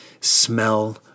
smell